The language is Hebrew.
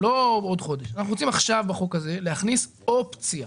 לא בעוד חודש, בחוק הזה להכניס אופציה